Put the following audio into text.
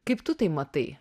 kaip tu tai matai